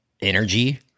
energy